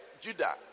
Judah